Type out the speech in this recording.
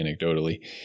anecdotally